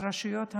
על רשויות המדינה,